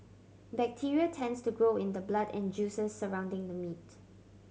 bacteria tends to grow in the blood and juices surrounding the meat